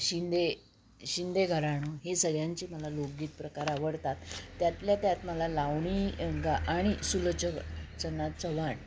शिंदे शिंदे घराणं हे सगळ्यांची मला लोकगीत प्रकार आवडतात त्यातल्या त्यात मला लावणी गा आणि सुलोचना चव्हाण